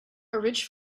rich